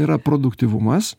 yra produktyvumas